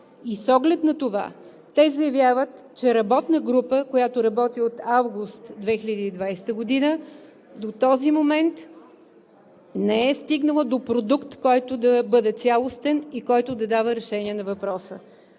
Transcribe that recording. С оглед на това те заявяват, че работната група, която работи от август 2020 г., до този момент не е стигнала до продукт, който да бъде цялостен и който да дава решение на въпроса.